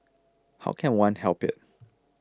how can one help it